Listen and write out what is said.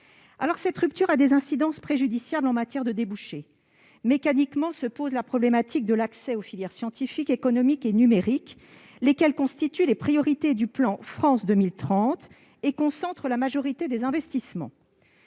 Cette rupture a des incidences préjudiciables en matière de débouchés. Mécaniquement, se pose le problème de l'accès aux filières scientifiques, économiques et numériques, lesquelles constituent la priorité du plan France 2030 et concentrent la majorité des investissements.